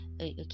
okay